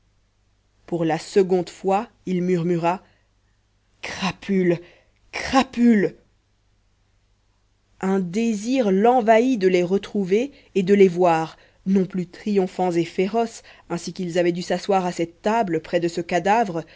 pour la seconde fois il murmura crapules crapules un désir l'envahit de les retrouver et de les voir non plus triomphants et féroces ainsi qu'ils avaient dû s'asseoir à cette table près de ce cadavre